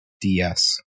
DS